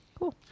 cool